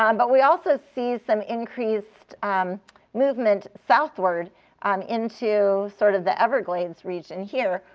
um but we also see some increased um movement southward um into sort of the everglades region here,